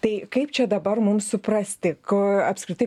tai kaip čia dabar mums suprasti ko apskritai